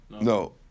no